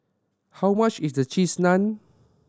how much is Cheese Naan